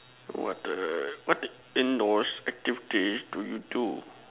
what the what the indoors activity do you do